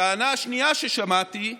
טענה שנייה ששמעתי היא